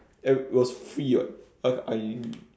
it it was free [what] I I